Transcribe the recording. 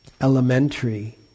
elementary